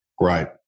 Right